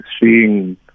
seeing